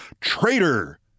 Traitor